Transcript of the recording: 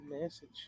message